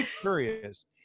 curious